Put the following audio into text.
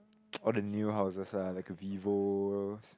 all the new houses ah like a vivos